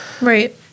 Right